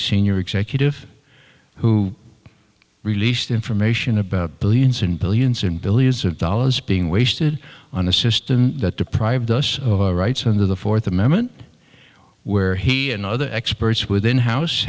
senior executive who released information about billions and billions and billions of dollars being wasted on a system that deprived us of our rights under the fourth amendment where he and other experts within house